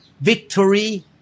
Victory